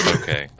Okay